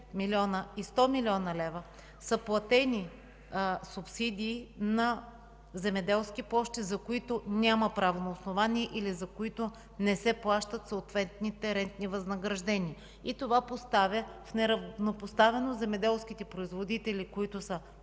милиона и 100 млн.лв. са платени субсидии на земеделски площи, за които няма правно основание, или за които не се плащат съответните рентни възнаграждения. Това поставя в неравнопоставеност земеделските производители, които са